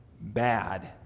bad